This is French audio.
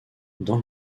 dans